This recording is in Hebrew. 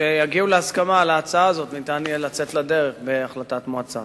שיגיעו להסכמה על ההצעה הזאת וניתן יהיה לצאת לדרך בהחלטת מועצה.